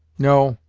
no,